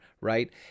right